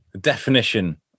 definition